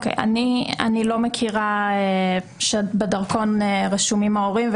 אני לא מכירה שבדרכון רשומים ההורים.